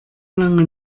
lange